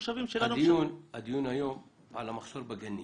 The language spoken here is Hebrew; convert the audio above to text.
הדיון היום על המחסור בגנים.